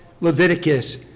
Leviticus